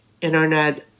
internet